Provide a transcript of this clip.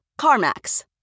CarMax